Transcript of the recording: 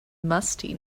musty